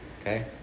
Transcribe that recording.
Okay